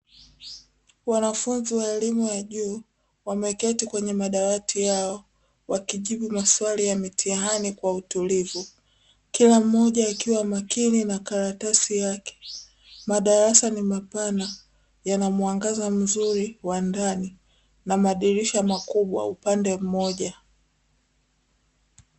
Wanafunzi wa elimu ya juu wameketi kwenye madawati yao, wakijibu maswali ya mitihani kwa utulivu, kila mmoja akiwa makini na karatasi yake. Madarasa ni mapana, yana mwangaza mzuri wa ndani na madirisha makubwa upande mmoja.